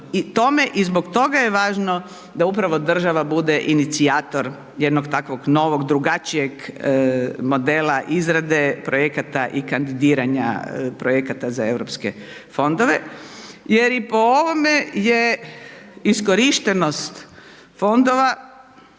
i zbog toga je važno da upravo država bude inicijator jednog takvog novog drugačijeg modela izrade projekata i kandidiranja projekata za Europske fondove jer i po ovome je iskorištenost fondova